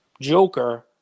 Joker –